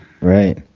Right